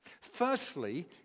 Firstly